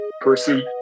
person